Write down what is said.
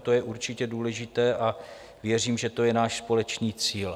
To je určitě důležité a věřím, že to je náš společný cíl.